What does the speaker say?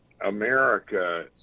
America